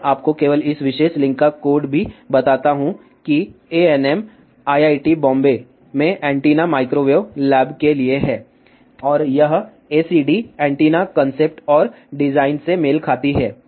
मैं आपको केवल इस विशेष लिंक का कोड भी बताता हूं कि anm आईआईटी बॉम्बे में एंटीना माइक्रोवेव लैब के लिए है और यह acd एंटीना कंसेप्ट और डिजाइन से मेल खाती है